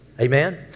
Amen